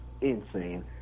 insane